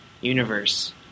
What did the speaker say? universe